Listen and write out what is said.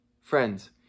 Friends